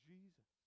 Jesus